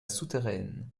souterraine